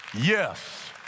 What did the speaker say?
Yes